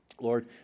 Lord